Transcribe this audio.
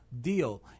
deal